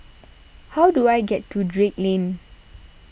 how do I get to Drake Lane